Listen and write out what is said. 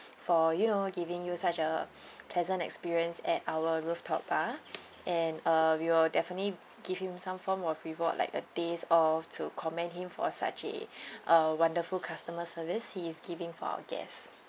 for you know giving you such a pleasant experience at our rooftop bar and uh we will definitely give him some form of reward like a day off to commend him for such a uh wonderful customer service he is giving for our guests